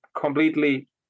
completely